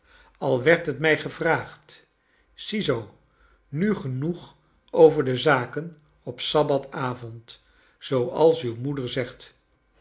al werd het mij gevraagd ziezoo nu genoeg over zaken op sabbathavond zooals uw rnoeder zegt